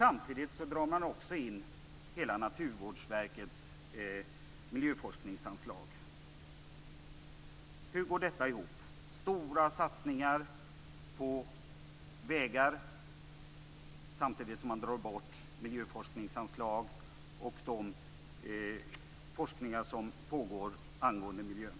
Samtidigt dras hela miljöforskningsanslaget för Naturvårdsverket in. Hur går detta ihop, dvs. stora satsningar på vägar samtidigt som miljöforskningsanslag tas bort och därmed pågående forskning på miljön?